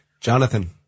Jonathan